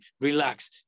relax